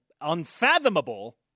Unfathomable